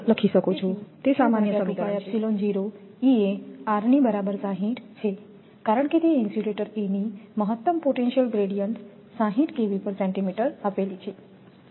તેથી ની બરાબર 60 છે કારણ કે તે ઇન્સ્યુલેટ A ની મહત્તમ પોટેન્શિયલ ગ્રેડીઅન્ટ 60 આપેલી છે